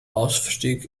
aufstieg